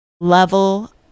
level